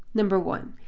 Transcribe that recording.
number one,